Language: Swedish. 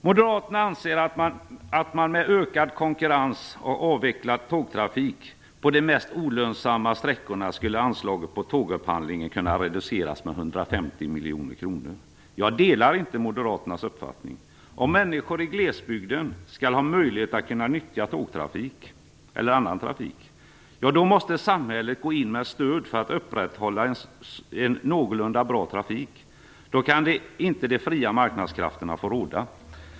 Moderaterna anser att man med en ökad konkurrens och en avvecklad tågtrafik på de mest olönsamma sträckorna skulle kunna reducera anslaget för tågupphandlingen med 150 miljoner kronor. Jag delar inte moderaternas uppfattning. Om människor i glesbygden skall ha möjlighet att nyttja tågtrafik eller annan trafik måste samhället gå in med stöd för att upprätthålla en någorlunda bra trafik. Då kan inte de fria marknadskrafterna få råda.